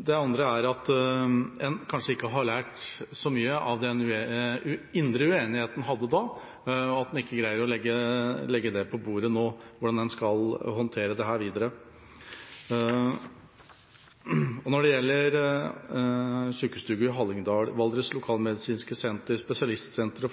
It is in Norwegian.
Det andre er at en kanskje ikke har lært så mye av den indre uenigheten en hadde da, og at en ikke greier å legge det på bordet nå, hvordan en skal håndtere dette videre. Når det gjelder Hallingdal Sjukestugu, Valdres lokalmedisinske senter, spesialistsentre